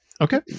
Okay